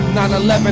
9-11